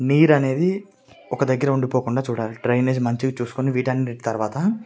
నీరు అనేది ఒక దగ్గర ఉండిపోకుండా చూడాలి డ్రైనేజీ మంచిగా చూసుకొని వీటన్నింటి తరువాత